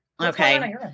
Okay